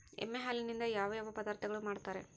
ಎಮ್ಮೆ ಹಾಲಿನಿಂದ ಯಾವ ಯಾವ ಪದಾರ್ಥಗಳು ಮಾಡ್ತಾರೆ?